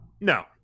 No